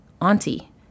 auntie